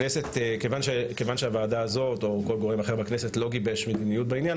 כיוון שהוועדה הזאת או כל גורם אחר בכנסת לא גיבש מדיניות בעניין,